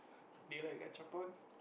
be like gachapon